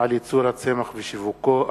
על ייצור הצמח ושיווקו,